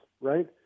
right